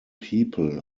people